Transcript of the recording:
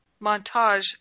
montage